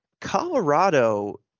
Colorado